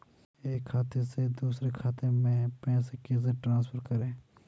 एक खाते से दूसरे खाते में पैसे कैसे ट्रांसफर करें?